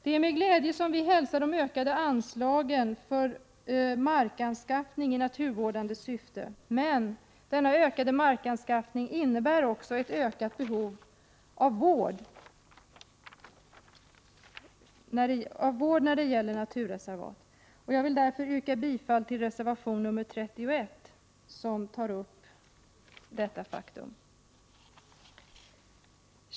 Det är med glädje som vi hälsar de ökade anslagen för markanskaffning i naturvårdande syfte. Men denna ökade markanskaffning innebär också ett ökat behov av att vårda naturreservaten. Jag vill därför yrka bifall till reservation 31, som tar upp detta faktum.